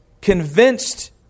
convinced